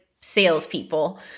salespeople